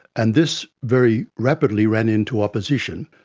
and this very rapidly ran into opposition,